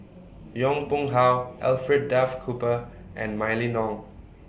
Yong Pung How Alfred Duff Cooper and Mylene Ong